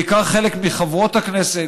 בעיקר חברות הכנסת,